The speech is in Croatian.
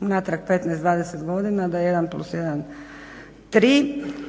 unatrag 15, 20 godina da je 1+1=3